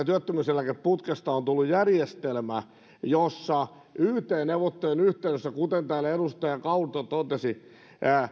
työttömyyseläkeputkesta on tullut järjestelmä jossa yt neuvottelujen yhteydessä kuten täällä edustaja kautto totesi